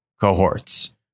cohorts